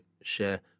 share